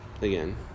again